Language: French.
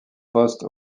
poste